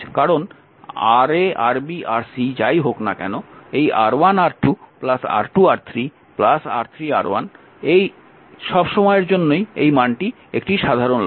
কারণ Ra Rb Rc যাই হোক না কেন এই R1R2 R2R3 R3R1 এটি সব সময়ের জন্যই সাধারণ লব